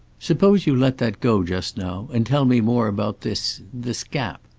suppose you let that go just now, and tell me more about this this gap.